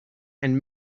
and